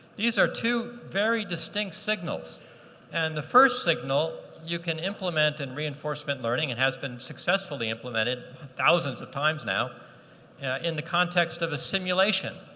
these are two very distinct signals and the first signal you can implement and reinforcement learning and has been successfully implemented thousands of times now in the context of a simulation,